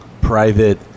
private